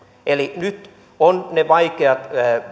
eli nyt on ne vaikeat